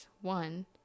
one